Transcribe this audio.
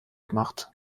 gemacht